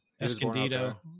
escondido